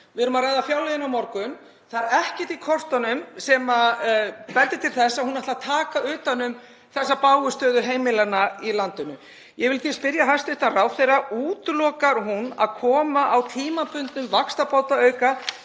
Við erum að ræða fjárlögin á morgun. Það er ekkert í kortunum sem bendir til þess að hún ætli að taka utan um þessa bágu stöðu heimilanna í landinu. Ég vil því spyrja hæstv. ráðherra: Útilokar hún að koma á tímabundnum vaxtabótaauka